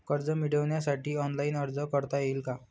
कर्ज मिळविण्यासाठी ऑनलाइन अर्ज करता येईल का?